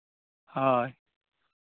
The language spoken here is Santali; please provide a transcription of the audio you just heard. ᱦᱳᱭ